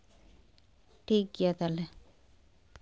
ᱴᱷᱤᱠ ᱜᱮᱭᱟ ᱛᱟᱦᱞᱮ